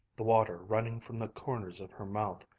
the water running from the corners of her mouth.